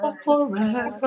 forever